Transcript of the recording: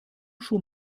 schon